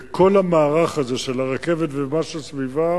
וכל המערך הזה של הרכבת ומה שסביבה,